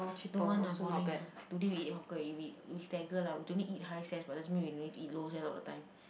don't want lah boring lah today we eat hawker already we we lah we don't need to eat high ses but doesn't mean we no need to eat low ses all the time